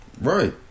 right